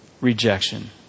rejection